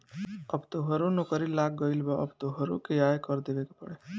अब तोहरो नौकरी लाग गइल अब तोहरो के आय कर देबे के पड़ी